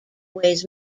weighs